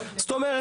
זאת אומרת,